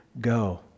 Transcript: go